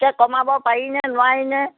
এতিয়া কমাব পাৰি নে নোৱাৰি নে